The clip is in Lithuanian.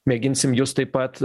mėginsim jus taip pat